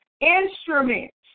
instruments